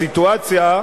בסיטואציה,